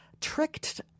tricked